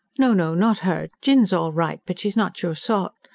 no, no not her. jinn's all right, but she's not your sort.